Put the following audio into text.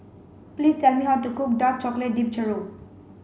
please tell me how to cook dark chocolate dipped Churro